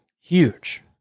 huge